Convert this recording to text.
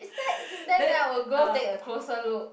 is that him then then I will go take a closer look